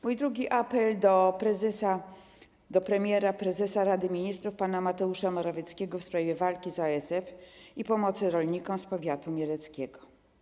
Mój drugi apel do premiera, prezesa Rady Ministrów pana Mateusza Morawieckiego jest w sprawie walki z ASF i pomocy rolnikom z powiatu mieleckiego.